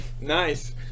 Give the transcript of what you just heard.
Nice